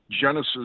Genesis